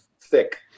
thick